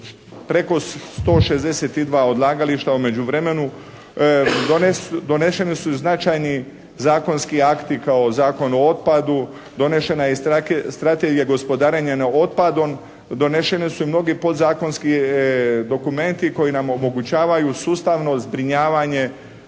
preko 162 odlagališta, a u međuvremenu doneseni su značajni zakonski akti kao Zakon o otpadu, donešena je i Strategija gospodarenja otpadom, doneseni su i mnogi podzakonski dokumenti koji nam omogućavaju sustavno zbrinjavanje